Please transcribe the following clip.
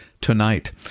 tonight